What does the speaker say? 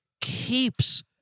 keeps